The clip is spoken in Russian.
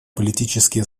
политические